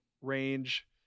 range